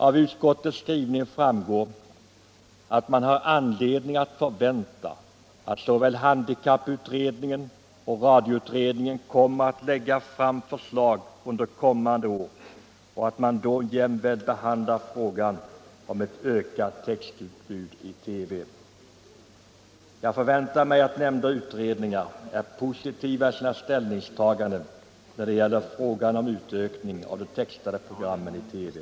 Av utskottets skrivning framgår att man har anledning förvänta att såväl handikapputredningen som radioutredningen lägger fram förslag under kommande år och att man då jämväl behandlar frågan om ökat textutbud i TV. Jag förväntar mig att nämnda utredningar är positiva i sina ställningstaganden när det gäller frågan om utökning av antalet textade program i TV.